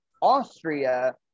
Austria